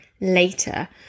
Later